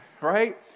right